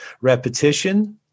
repetition